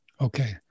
Okay